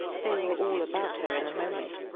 they were all about her in a moment.